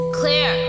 clear